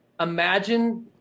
Imagine